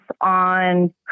on